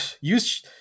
Use